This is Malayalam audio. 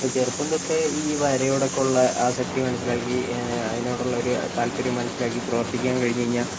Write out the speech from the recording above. അപ്പോൾ ചെറുപ്പം ഈ തൊട്ടേ ഈ വരയോടൊക്കെ ഉള്ള ആസക്തി മനസ്സിലാക്കി അതിനോടുള്ള ഒരു താൽപ്പര്യം മനസ്സിലാക്കി പ്രവർത്തിക്കാൻ കഴിഞ്ഞ് കഴിഞ്ഞാൽ